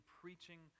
preaching